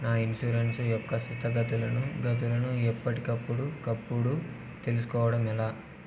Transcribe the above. నా ఇన్సూరెన్సు యొక్క స్థితిగతులను గతులను ఎప్పటికప్పుడు కప్పుడు తెలుస్కోవడం ఎలా?